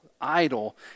idol